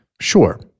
Sure